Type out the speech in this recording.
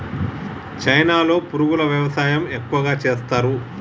చైనాలో పురుగుల వ్యవసాయం ఎక్కువగా చేస్తరు